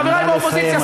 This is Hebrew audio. חברי באופוזיציה,